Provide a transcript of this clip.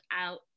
out